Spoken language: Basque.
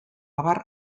abar